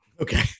Okay